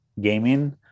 gaming